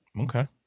Okay